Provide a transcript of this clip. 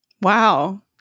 wow